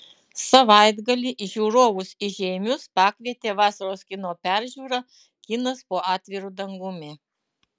savaitgalį žiūrovus į žeimius pakvietė vasaros kino peržiūra kinas po atviru dangumi